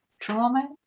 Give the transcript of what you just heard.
Trauma